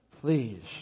Please